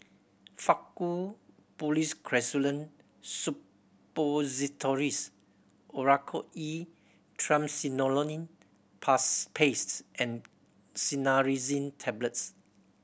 Faktu Policresulen Suppositories Oracort E Triamcinolone Past Pastes and Cinnarizine Tablets